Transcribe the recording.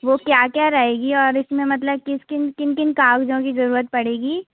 वो क्या क्या रहेगी और इसमें मतलब किस किन किन किन कागज़ों की ज़रूरत पड़ेगी